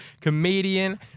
comedian